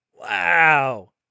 Wow